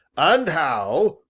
and how,